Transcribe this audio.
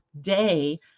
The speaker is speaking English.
day